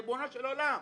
ריבונו של עולם,